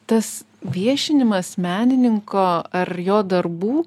tas viešinimas menininko ar jo darbų